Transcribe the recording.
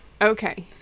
Okay